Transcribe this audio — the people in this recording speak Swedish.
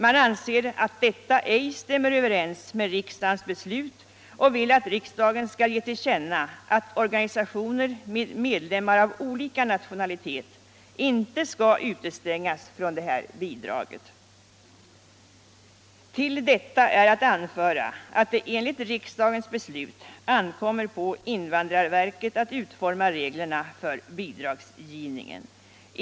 Man anser att detta ej stämmer överens med riksdagens beslut och vill att riksdagen skall ge till känna att organisationer med medlemmar av olika nationalitet inte skall utestängas från det här bidraget. Till detta är att anföra att det enligt riksdagens beslut ankommer på invandrarverket att utforma reglerna för bidragsgivningen.